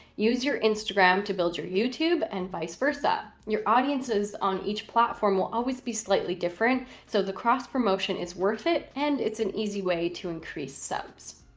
use your instagram to build your youtube and vice versa. your audiences on each platform will always be slightly different, so the cross promotion is worth it and it's an easy way to increase subs.